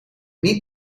niet